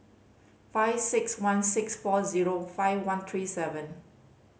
five six one six four zero five one three seven